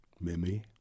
Mimi